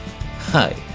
Hi